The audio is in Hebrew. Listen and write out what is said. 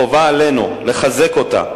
חובה עלינו לחזק אותה,